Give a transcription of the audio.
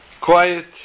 quiet